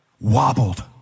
wobbled